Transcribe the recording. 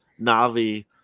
Navi